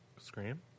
Scream